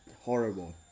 horrible